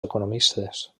economistes